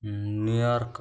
New York